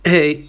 Hey